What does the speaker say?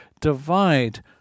divide